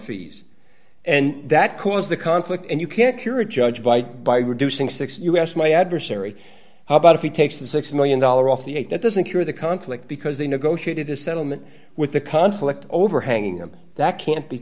fees and that caused the conflict and you can't cure a judge byte by reducing six dollars us my adversary how about if he takes the six million dollars off the eight that doesn't cure the conflict because they negotiated a settlement with the conflict overhanging them that can't be